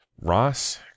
Ross